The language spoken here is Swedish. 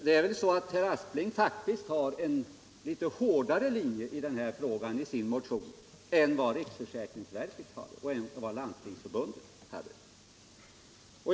Det är väl så att herr Aspling faktiskt har en litet hårdare linje i sin motion än den riksförsäkringsverket och Landstingsförbundet hade.